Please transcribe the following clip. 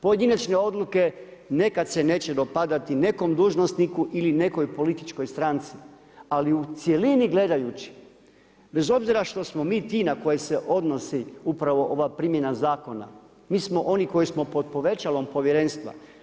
Pojedinačne odluke nekad se neće dopadati nekom dužnosniku ili nekoj političkoj stranci, ali u cjelini gledajući bez obzira što smo mi ti na koje se odnosi upravo ova primjena zakona mi smo oni koji smo pod povećalom povjerenstva.